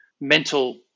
mental